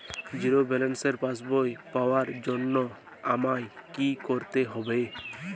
Zero ব্যালেন্সের পাসবই পাওয়ার জন্য আমায় কী করতে হবে?